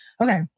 Okay